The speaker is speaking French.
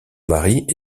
mari